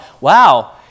wow